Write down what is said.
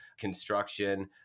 construction